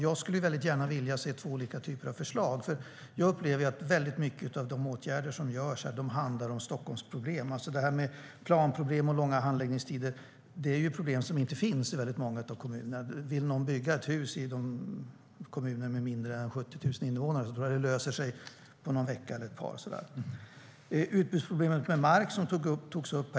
Jag skulle gärna vilja se två olika typer av förslag. Jag upplever att många av de åtgärder som vidtas handlar om Stockholmsproblem. Detta med planproblem och långa handläggningstider är problem som inte finns i många av kommunerna. Vill någon bygga ett hus i en kommun med mindre än 70 000 invånare löser det sig på en eller ett par veckor. Problemet med utbud av mark togs upp.